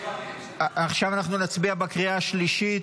עכשיו אנחנו נצביע בקריאה השלישית.